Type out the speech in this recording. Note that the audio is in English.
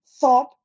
thought